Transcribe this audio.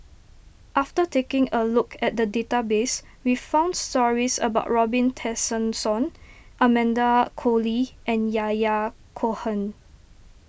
after taking a look at the database we found stories about Robin Tessensohn Amanda Koe Lee and Yahya Cohen